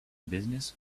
business